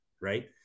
right